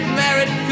married